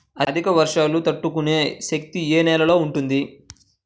అధిక వర్షాలు తట్టుకునే శక్తి ఏ నేలలో ఉంటుంది?